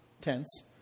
tense